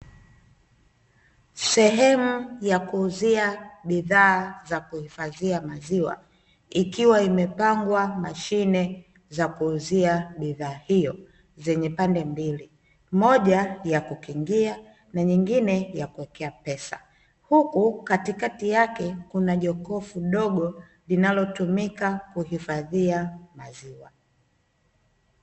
Sehemu ya kuuzia bidhaa za kuhifadhia maziwa, ikiwa imepangwa mashine za kuuzia bidhaa hiyo zenye pande mbili; moja ya kukingia na nyingine ya kuwekea pesa. Huku katikati yake kuna jokofu dogo linalotumika kuhifadhia maziwa.